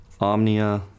Omnia